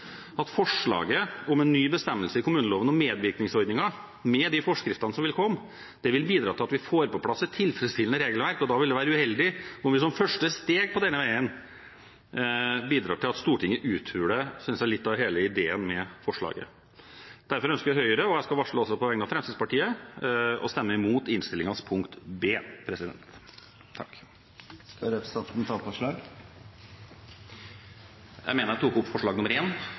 at forslaget om en ny bestemmelse i kommuneloven om medvirkningsordninger, med de forskriftene som vil komme, vil bidra til at vi får på plass et tilfredsstillende regelverk. Da vil det være uheldig om vi som første steg på denne veien bidrar til at Stortinget uthuler – synes jeg – litt av hele ideen med forslaget. Derfor ønsker Høyre – og jeg skal også varsle det på vegne av Fremskrittspartiet – å stemme mot innstillingens punkt B. Representanten Frank J. Jenssen har tatt opp